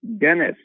Dennis